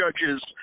judges